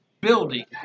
building